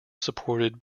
supported